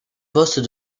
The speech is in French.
postes